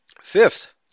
Fifth